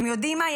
אתם יודעים מה,